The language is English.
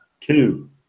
Two